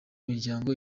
miryango